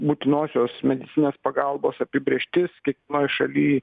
būtinosios medicininės pagalbos apibrėžtis kiekvienoj šaly